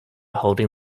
holding